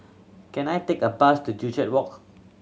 can I take a bus to Joo Chiat Walk